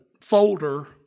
folder